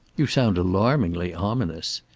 you sound alarmingly ominous.